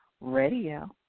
Radio